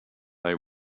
they